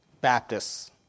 Baptists